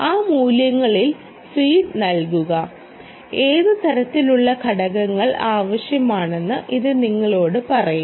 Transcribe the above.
ആ മൂല്യങ്ങളിൽ ഫീഡ് നൽകുക ഏത് തരത്തിലുള്ള ഘടകങ്ങൾ ആവശ്യമാണെന്ന് ഇത് നിങ്ങളോട് പറയും